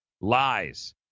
lies